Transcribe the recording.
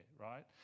right